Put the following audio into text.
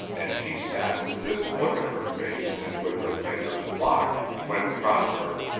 and she sat with this look on her face and with her fingers locked, when prosper,